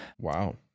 wow